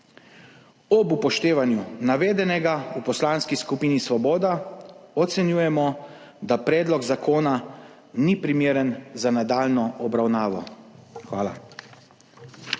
Ob upoštevanju navedenega v Poslanski skupini Svoboda ocenjujemo, da predlog zakona ni primeren za nadaljnjo obravnavo. Hvala.